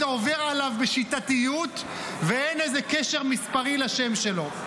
עובר עליו בשיטתיות ואין איזה קשר מספרי לשם שלו.